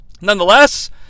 nonetheless